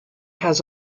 has